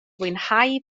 fwynhau